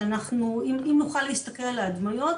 אם נוכל להסתכל על ההדמיות,